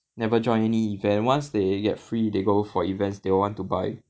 never join any event once they get free they go for events they want to buy